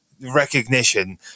recognition